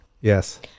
Yes